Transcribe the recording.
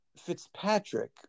Fitzpatrick